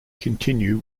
continue